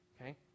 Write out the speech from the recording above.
okay